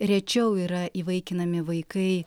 rečiau yra įvaikinami vaikai